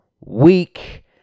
week